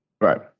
Right